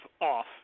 off